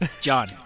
John